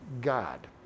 God